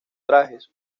trajes